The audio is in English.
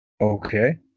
Okay